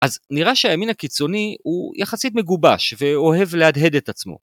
אז נראה שהימין הקיצוני הוא יחסית מגובש ואוהב להדהד את עצמו.